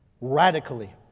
radically